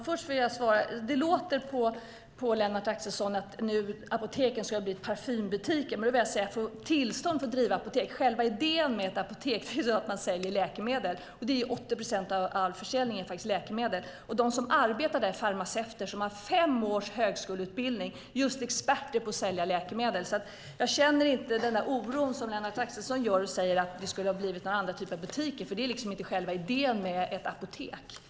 Fru talman! Det låter på Lennart Axelsson som att apoteken ska bli parfymbutiker. Men det krävs tillstånd för att få driva apotek. Själva idén med apotek är att man säljer läkemedel - 80 procent av all försäljning är läkemedel. De som arbetar där är farmaceuter som har fem års högskoleutbildning och är experter på att sälja läkemedel. Jag känner inte den oro som Lennart Axelsson gör för att det ska bli någon annan typ av butik, för det är inte själva idén med ett apotek.